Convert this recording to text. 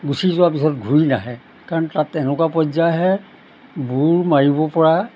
গুচি যোৱাৰ পিছত ঘূৰি নাহে কাৰণ তাত তেনেকুৱা পৰ্য্য়ায় আহে বুৰ মাৰিব পৰা